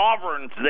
sovereigns